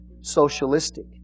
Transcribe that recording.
Socialistic